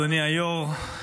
אדוני היו"ר,